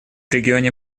регионе